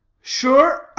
sure